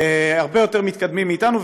הרבה יותר מתקדמים מאתנו,